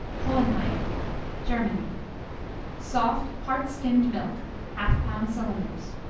hohenheim germany soft part skimmed milk half-pound cylinders.